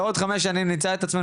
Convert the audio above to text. בעוד חמש שנים אנחנו נמצא את עצמיני